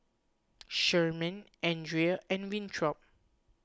Sherman andria and Winthrop